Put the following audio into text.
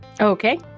Okay